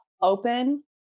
open